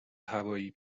هوایی